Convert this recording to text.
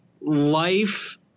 life